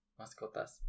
Mascotas